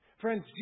Friends